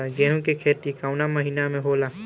गेहूँ के खेती कवना महीना में होला?